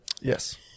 Yes